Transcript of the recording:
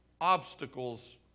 obstacles